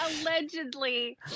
allegedly